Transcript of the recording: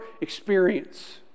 experience